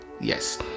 yes